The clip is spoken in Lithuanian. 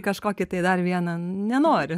kažkokį tai dar vieną nenori